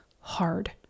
hard